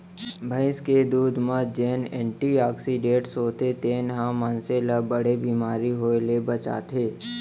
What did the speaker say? भईंस के दूद म जेन एंटी आक्सीडेंट्स होथे तेन ह मनसे ल बड़े बेमारी होय ले बचाथे